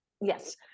Yes